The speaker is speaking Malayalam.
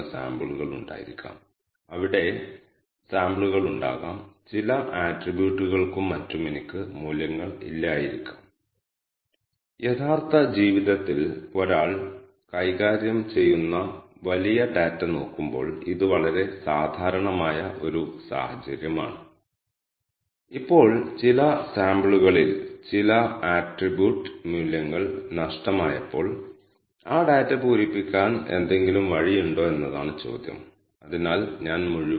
സെറ്റ് വർക്കിംഗ് ഡയറക്ടറി കമാൻഡ് ഉപയോഗിച്ച് നിങ്ങൾക്ക് വർക്കിംഗ് ഡയറക്ടറി സജ്ജീകരിക്കാനും സെറ്റ് വർക്കിംഗ് ഡയറക്ടറി ഫംഗ്ഷനിലേക്ക് ഒരു ആർഗ്യുമെന്റായി ഈ ഡാറ്റ ഫയൽ അടങ്ങുന്ന ഡയറക്ടറിയുടെ പാത്ത് നിങ്ങൾക്ക് കൈമാറാനും കഴിയും